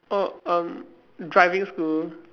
oh um driving school